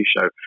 show